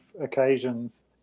occasions